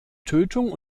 tötung